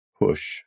push